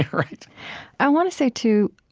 ah right i want to say too,